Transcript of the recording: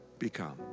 become